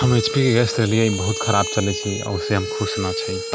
हम एचपीके गैस लेलियै बहुत खराब चलैत छै आ ओहि से हम खुश नहि छी